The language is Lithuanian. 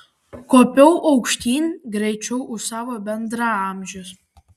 kopiau aukštyn greičiau už savo bendraamžius